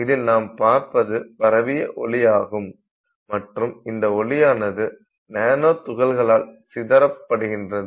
இதில் நாம் பார்ப்பது பரவிய ஒளியாகும் மற்றும் இந்த ஒளியானது நானோ துகள்களால் சிதரப்படுகின்றது